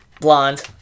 Blonde